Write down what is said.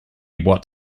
what